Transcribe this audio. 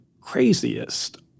craziest